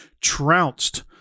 trounced